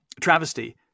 travesty